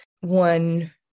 one